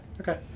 Okay